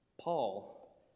Paul